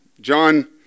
John